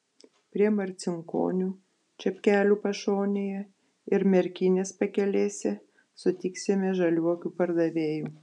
prie marcinkonių čepkelių pašonėje ir merkinės pakelėse sutiksime žaliuokių pardavėjų